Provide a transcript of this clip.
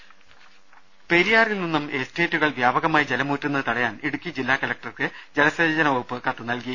ദേദ പെരിയാറിൽ നിന്നും എസ്റ്റേറ്റുകൾ വ്യാപകമായി ജലമൂറ്റുന്നത് തടയാൻ ഇടുക്കി ജില്ലാ കലക്ടർക്ക് ജലസേചന വകുപ്പ് കത്ത് നൽകി